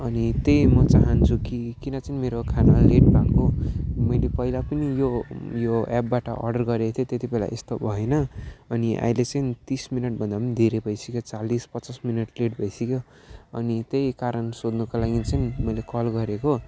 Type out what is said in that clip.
अनि त्यही म चाहन्छु कि किन चाहिँ मेरो खाना लेट भएको मैले पहिला पनि यो यो एपबाट अर्डर गरेको थिएँ त्यति बेला यस्तो भएन अनि अहिले चाहिँ तिस मिनटभन्दा पनि धेरै भइसक्यो चालिस पचास मिनट लेट भइसक्यो अनि त्यही कारण सोध्नुको लागि चाहिँ मैले कल गरेको